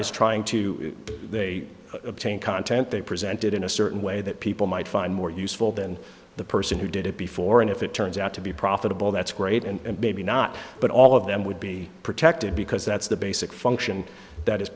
is trying to they obtain content they presented in a certain way that people might find more useful than the person who did it before and if it turns out to be profitable that's great and maybe not but all of them would be protected because that's the basic function that is